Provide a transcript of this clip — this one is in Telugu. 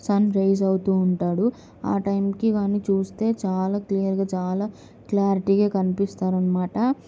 సన్ రైజ్ అవుతూ ఉంటాడు ఆ టైంకి కానీ చూస్తే చాలా క్లియర్గా చాలా క్లారిటీగా కనిపిస్తారనమాట